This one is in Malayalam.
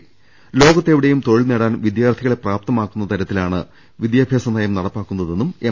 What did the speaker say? ന ലോകത്തെവിടെയും തൊഴിൽ നേടാൻ വിദ്യാർത്ഥികളെ പ്രാപ്ത മാക്കുന്ന തരത്തിലാണ് നയം നടപ്പാക്കുന്നതെന്നും എം